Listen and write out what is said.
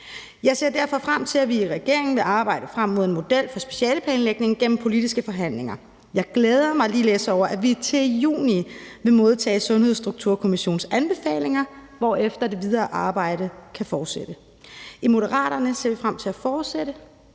Jeg ser derfor frem til, at vi i regeringen vil arbejde frem mod en model for specialeplanlægning gennem politiske forhandlinger. Jeg glæder mig ligeledes over, at vi til juni vil modtage Sundhedsstrukturkommissionens anbefalinger, hvorefter det videre arbejde kan fortsætte. I Moderaterne ser vi frem til at fortsætte